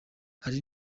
hari